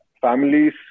families